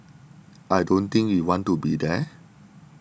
I don't think we want to be there